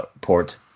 port